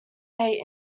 pay